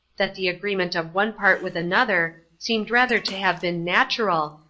that the agreement of one part with another seemed rather to have been natural,